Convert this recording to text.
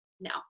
no